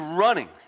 running